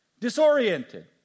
disoriented